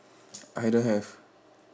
I don't have